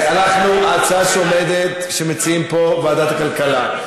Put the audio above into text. ההצעה שעומדת, שמציעים פה, היא ועדת הכלכלה.